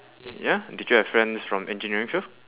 ya did you have friends from engineering field